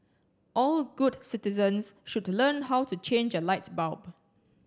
all good citizens should learn how to change a light bulb